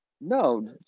No